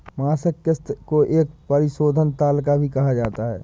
मासिक किस्त को एक परिशोधन तालिका भी कहा जाता है